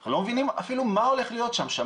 אנחנו לא מבינים אפילו מה הולך להיות שם.